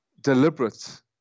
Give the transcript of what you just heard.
deliberate